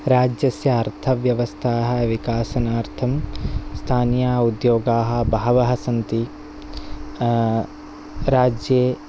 राज्यस्य अर्थव्यवस्थाः विकासनार्थं स्थानीयाः उद्योगाः बहवः सन्ति राज्ये